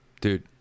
Dude